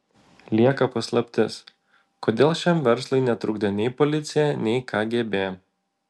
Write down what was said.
lieka paslaptis kodėl šiam verslui netrukdė nei policija nei kgb